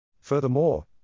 Furthermore